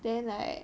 then like